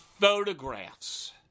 photographs